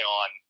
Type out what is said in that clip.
on